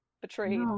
betrayed